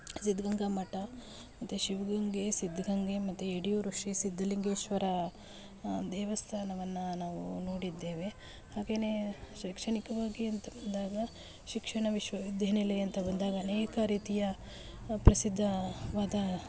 ಸಿದ್ಧಗಂಗ ಮಠ ಮತ್ತೆ ಶಿವಗಂಗೆ ಸಿದ್ಧಗಂಗೆ ಮತ್ತೆ ಯಡಿಯೂರು ಶ್ರೀ ಸಿದ್ಧಲಿಂಗೇಶ್ವರ ದೇವಸ್ಥಾನವನ್ನು ನಾವು ನೋಡಿದ್ದೇವೆ ಹಾಗೆಯೇ ಶೈಕ್ಷಣಿಕವಾಗಿ ಅಂತ ಬಂದಾಗ ಶಿಕ್ಷಣ ವಿಶ್ವವಿದ್ಯಾನಿಲಯ ಅಂತ ಬಂದಾಗ ಅನೇಕ ರೀತಿಯ ಪ್ರಸಿದ್ಧವಾದ